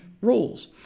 roles